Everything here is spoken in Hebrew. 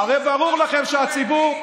הרי ברור לכם שהציבור,